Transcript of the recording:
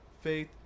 Faith